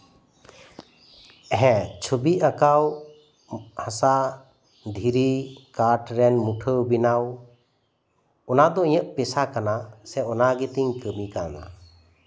ᱦᱮᱸ ᱪᱷᱚᱵᱤ ᱟᱸᱠᱟᱣ ᱦᱟᱥᱟ ᱫᱷᱤᱨᱤ ᱠᱟᱴᱷ ᱨᱮᱱ ᱢᱩᱴᱷᱟᱹᱱ ᱵᱮᱱᱟᱣ ᱚᱱᱟ ᱫᱚ ᱤᱧᱟᱹᱜ ᱯᱮᱥᱟ ᱠᱟᱱᱟ ᱥᱮ ᱚᱢᱱᱟᱜᱮ ᱤᱧᱟᱹᱜ ᱠᱟᱹᱢᱤ ᱠᱟᱱᱟ